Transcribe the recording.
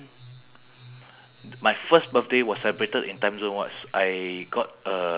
the whole team of them bought and share share uh they share the price among themselves